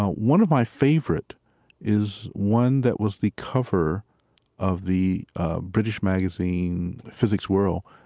ah one of my favorite is one that was the cover of the british magazine physics world,